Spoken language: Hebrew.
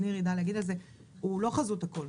ושניר יידע להגיד את זה, הוא לא חזות הכול,